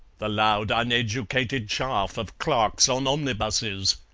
the loud uneducated chaff of clerks on omnibuses.